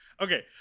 Okay